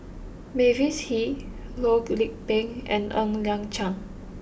Mavis Hee Loh Lik Peng and Ng Liang Chiang